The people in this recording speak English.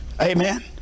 amen